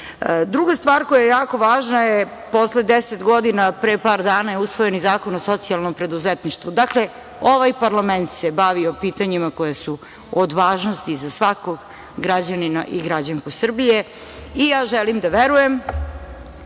saziv. Druga stvar koja je jako važna je da je posle 10 godina pre par dana usvojen i Zakon o socijalnom preduzetništvu. Dakle, ovaj parlament se bavio pitanjima koja su od važnosti za svakog građanina i građanku Srbije. Ja želim da verujem,